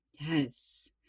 Yes